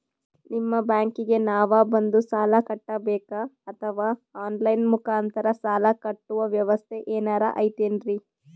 ನಿಮ್ಮ ಬ್ಯಾಂಕಿಗೆ ನಾವ ಬಂದು ಸಾಲ ಕಟ್ಟಬೇಕಾ ಅಥವಾ ಆನ್ ಲೈನ್ ಮುಖಾಂತರ ಸಾಲ ಕಟ್ಟುವ ವ್ಯೆವಸ್ಥೆ ಏನಾರ ಐತೇನ್ರಿ?